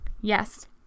Yes